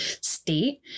state